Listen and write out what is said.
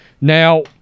Now